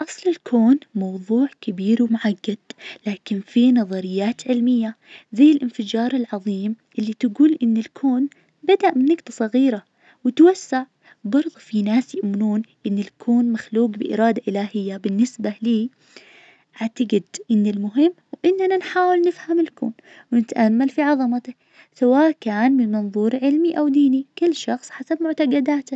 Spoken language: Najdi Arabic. أصل الكون موظوع كبير ومعقد لكن في نظريات علمية زي الإنفجار العظيم اللي تقول إن الكون بدأ من نقطة صغيرة وتوسع. برظو في ناس يؤمنون إن الكون مخلوق بإرادة إلهية. بالنسبة لي أعتقد إن المهم هو إننا نحاول نفهم الكون ونتأمل في عظمته سواء كان من منظور علمي أو ديني كل شخص حسب معتقداته.